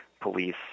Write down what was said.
police